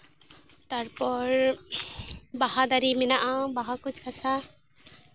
ᱛᱟᱨᱯᱚᱨ ᱵᱟᱦᱟ ᱫᱟᱨᱮ ᱢᱮᱱᱟᱜᱼᱟ ᱵᱟᱦᱟ ᱠᱚ ᱪᱟᱥᱼᱟ